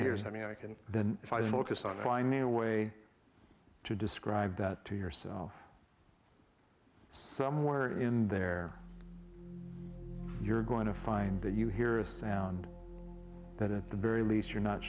here's i mean i can then if i focus on finding a way to describe that to yourself somewhere in there you're going to find that you hear a sound that at the very least you're not